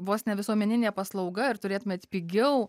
vos ne visuomeninė paslauga ir turėtumėt pigiau